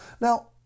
Now